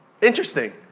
Interesting